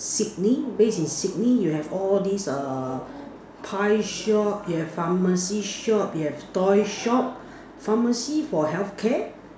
Sydney based in Sydney you have all these err pie shop you have pharmacy shop you have toy shop pharmacy for healthcare